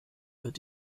wird